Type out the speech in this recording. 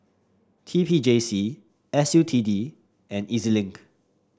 T P J C S U T D and E Z Link